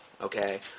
Okay